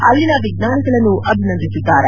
ಅಲ್ಲಿನ ವಿಜ್ವಾನಿಗಳನ್ನು ಅಭಿನಂದಿಸಿದ್ದಾರೆ